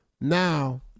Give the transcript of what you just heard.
Now